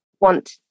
want